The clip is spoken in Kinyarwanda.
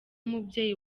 umubyeyi